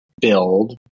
build